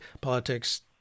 politics